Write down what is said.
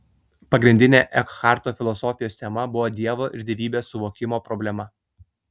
pagrindinė ekharto filosofijos tema buvo dievo ir dievybės suvokimo problema